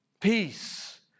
Peace